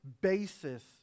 basis